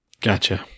Gotcha